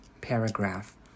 paragraph